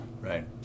right